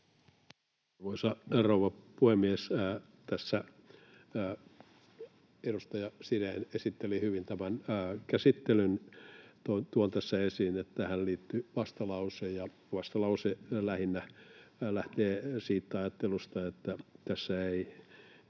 Arvoisa rouva puhemies! Tässä edustaja Sirén esitteli hyvin tämän käsittelyn. Tuon tässä esiin, että tähän liittyy vastalause. Vastalause lähtee lähinnä siitä ajattelusta, että tässä ei